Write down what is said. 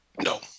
No